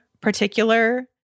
particular